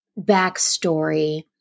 backstory